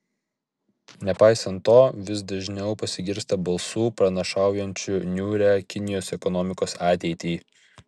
nepaisant to vis dažniau pasigirsta balsų pranašaujančių niūrią kinijos ekonomikos ateitį